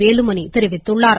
வேலுமணி தெரிவித்துள்ளார்